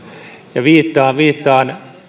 ja viittaan viittaan